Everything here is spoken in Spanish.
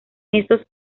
estos